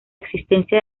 existencia